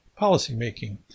policymaking